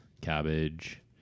cabbage